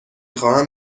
خواهم